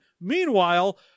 Meanwhile